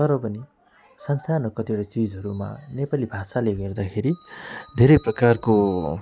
तर पनि सानसानो कतिवटा चिजहरूमा नेपाली भाषाले हेर्दाखेरि धेरै प्रकारको